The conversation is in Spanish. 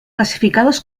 clasificados